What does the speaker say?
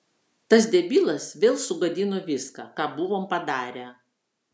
tas debilas vėl sugadino viską ką buvom padarę